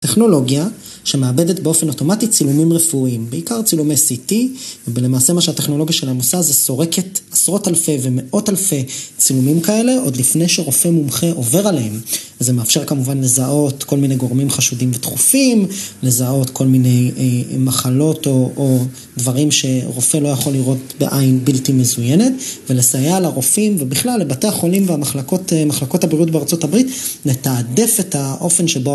טכנולוגיה שמעבדת באופן אוטומטי צילומים רפואיים, בעיקר צילומי CT ולמעשה מה שהטכנולוגיה שלהם עושה זה סורקת עשרות אלפי ומאות אלפי צילומים כאלה עוד לפני שרופא מומחה עובר עליהם וזה מאפשר כמובן לזהות כל מיני גורמים חשודים ודחופים, לזהות כל מיני מחלות או דברים שרופא לא יכול לראות בעין בלתי מזוינת ולסייע לרופאים ובכלל לבתי החולים והמחלקות מחלקות הבריאות בארצות הברית לתעדף את האופן שבו